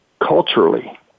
culturally